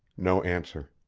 no answer.